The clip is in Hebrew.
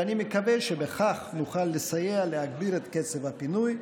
ואני מקווה שבכך נוכל לסייע להגביר את קצב הפינוי,